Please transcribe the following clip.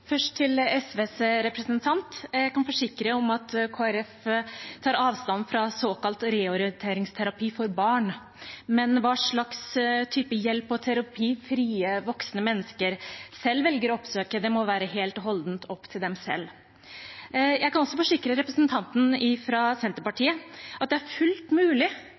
Først til SVs representant: Jeg kan forsikre om at Kristelig Folkeparti tar avstand fra såkalt reorienteringsterapi for barn, men hva slags type hjelp og terapi frie, voksne mennesker selv velger å oppsøke, må være helt og holdent opp til dem. Jeg kan også forsikre representanten fra Senterpartiet om at det er fullt mulig